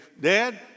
Dad